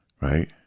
right